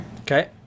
Okay